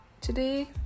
Today